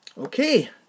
Okay